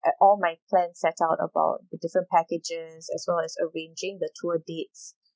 at all my plan set out about the different packages as well as arranging the tour dates